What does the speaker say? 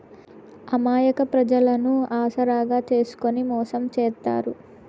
అమాయక ప్రజలను ఆసరాగా చేసుకుని మోసం చేత్తారు